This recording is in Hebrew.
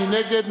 מי נגד?